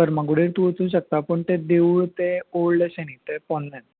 फमागुडी तूं वचूं शकता पूण तें देवूळ तें ओल्ड अशें न्ही तें पोरणें